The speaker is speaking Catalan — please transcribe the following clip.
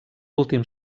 últim